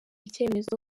icyemezo